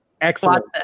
excellent